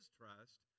trust